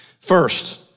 First